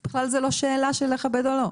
זאת בכלל לא שאלה של לכבד או לא.